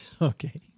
Okay